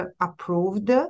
approved